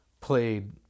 played